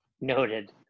noted